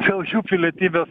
dėl jų pilietybės